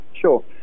Sure